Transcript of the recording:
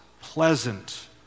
pleasant